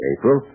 April